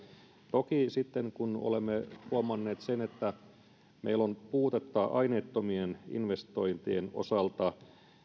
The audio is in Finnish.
toki sitten kun olemme huomanneet sen että meillä on puutetta aineettomien investointien osalta niin